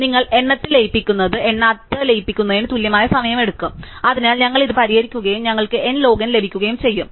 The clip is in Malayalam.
അതിനാൽ നിങ്ങൾ എണ്ണത്തിൽ ലയിപ്പിക്കുന്നത് എണ്ണാതെ ലയിപ്പിക്കുന്നതിന് തുല്യമായ സമയമെടുക്കും അതിനാൽ ഞങ്ങൾ ഇത് പരിഹരിക്കുകയും ഞങ്ങൾക്ക് n log n ലഭിക്കുകയും ചെയ്യും